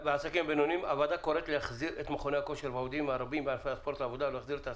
קוראת להחזיר את מכוני הכושר והעובדים המרובים בענפי הספורט לפעילות.